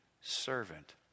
servant